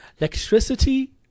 electricity